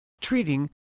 treating